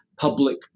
Public